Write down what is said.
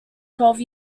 twelve